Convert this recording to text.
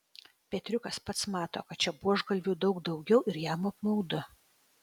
petriukas pats mato kad čia buožgalvių daug daugiau ir jam apmaudu